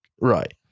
right